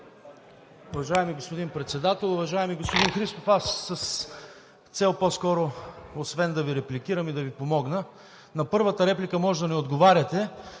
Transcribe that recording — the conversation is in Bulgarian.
Уважаеми господин Председател! Уважаеми господин Христов, аз с цел по-скоро, освен да Ви репликирам, и да Ви помогна. На първата реплика може да не отговаряте.